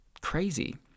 crazy